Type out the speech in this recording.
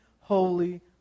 holy